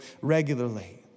regularly